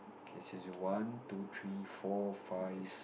okay says one two three four five